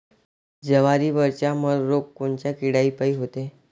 जवारीवरचा मर रोग कोनच्या किड्यापायी होते?